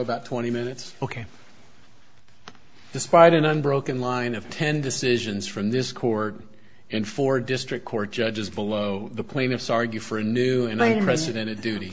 about twenty minutes ok despite an unbroken line of ten decisions from this court and four district court judges below the plaintiffs argue for a new president a duty